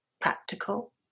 practical